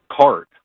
cart